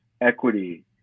equity